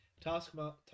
Taskmaster